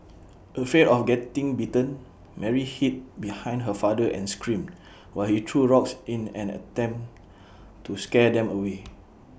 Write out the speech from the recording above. afraid of getting bitten Mary hid behind her father and screamed while he threw rocks in an attempt to scare them away